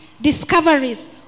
discoveries